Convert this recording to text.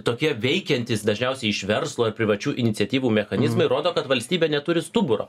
tokie veikiantys dažniausiai iš verslo ir privačių iniciatyvų mechanizmai rodo kad valstybė neturi stuburo